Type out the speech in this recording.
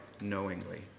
knowingly